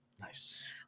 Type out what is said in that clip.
Nice